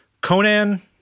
Conan